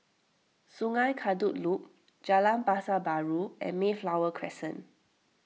Sungei Kadut Loop Jalan Pasar Baru and Mayflower Crescent